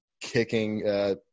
kicking